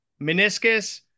meniscus